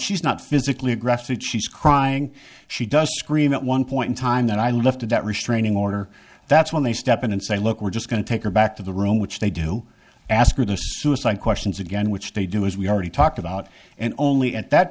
she's not physically aggressive she's crying she doesn't scream at one point in time that i lifted that restraining order that's when they step in and say look we're just going to take her back to the room which they do ask questions again which they do as we already talked about and only at that